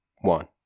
One